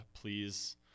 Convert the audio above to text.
Please